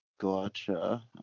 Gotcha